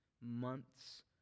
months